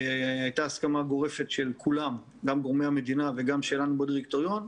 הייתה הסכמה גורפת של כולם גם גורמי המדינה וגם שלנו בדירקטוריון.